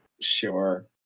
Sure